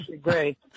great